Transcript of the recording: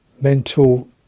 mental